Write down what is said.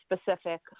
specific